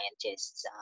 scientists